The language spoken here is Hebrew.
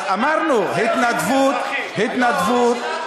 אז אמרנו: התנדבות, התנדבות, שירות אזרחי.